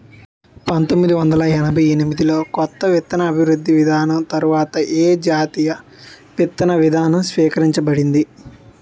పంతోమ్మిది వందల ఎనభై ఎనిమిది లో కొత్త విత్తన అభివృద్ధి విధానం తర్వాత ఏ జాతీయ విత్తన విధానం స్వీకరించబడింది?